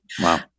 Wow